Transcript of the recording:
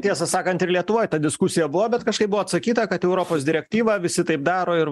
tiesą sakant ir lietuvoj ta diskusija buvo bet kažkaip buvo atsakyta kad europos direktyva visi taip daro ir